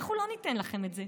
אנחנו לא ניתן לכם את זה.